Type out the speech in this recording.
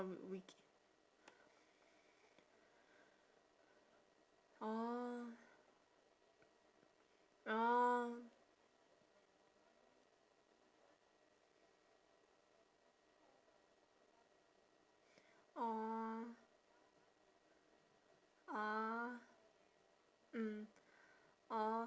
~n week~ orh orh orh ah mm orh